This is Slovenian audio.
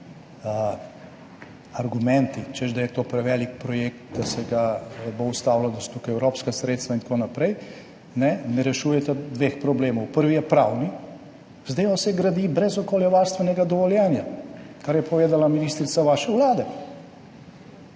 argumenti, češ da je to prevelik projekt, da se ga bo ustavilo, da so tukaj evropska sredstva in tako naprej – ne rešujete dveh problemov. Prvi je pravni – zadeva se gradi brez okoljevarstvenega dovoljenja, kar je povedala ministrica vaše vlade.